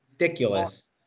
ridiculous